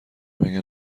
مگه